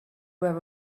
were